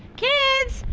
kids,